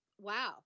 wow